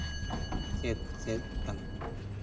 ᱪᱮᱫ ᱪᱮᱫ ᱠᱟᱱᱟ